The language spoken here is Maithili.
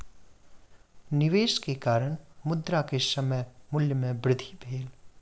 निवेश के कारण, मुद्रा के समय मूल्य में वृद्धि भेल